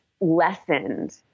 lessened